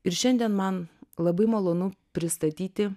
ir šiandien man labai malonu pristatyti